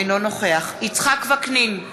אינו נוכח יצחק וקנין,